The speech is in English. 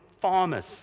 farmers